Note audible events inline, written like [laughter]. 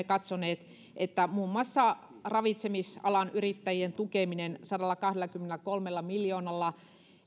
[unintelligible] katsoneet että muun muassa ravitsemisalan yrittäjien tukeminen sadallakahdellakymmenelläkolmella miljoonalla